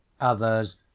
Others